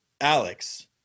Alex